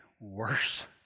worse